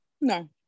No